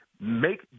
Make